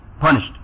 punished